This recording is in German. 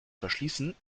verschließen